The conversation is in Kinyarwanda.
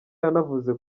yanavuze